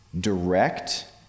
direct